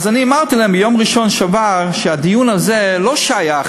אז אמרתי להם ביום ראשון שעבר, שהדיון הזה לא שייך